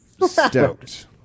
stoked